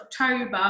October